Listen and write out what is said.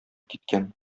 киткән